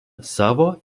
savo